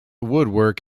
woodwork